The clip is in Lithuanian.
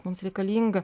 mums reikalinga